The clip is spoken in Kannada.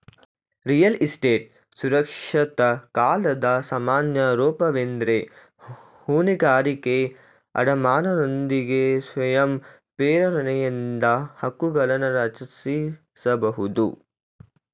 ರಿಯಲ್ ಎಸ್ಟೇಟ್ ಸುರಕ್ಷಿತ ಕಾಲದ ಸಾಮಾನ್ಯ ರೂಪವೆಂದ್ರೆ ಹೊಣೆಗಾರಿಕೆ ಅಡಮಾನನೊಂದಿಗೆ ಸ್ವಯಂ ಪ್ರೇರಣೆಯಿಂದ ಹಕ್ಕುಗಳನ್ನರಚಿಸಬಹುದು